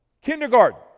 kindergarten